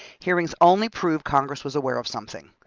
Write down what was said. hearings only prove congress was aware of something,